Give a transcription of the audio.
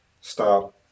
stop